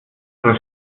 oder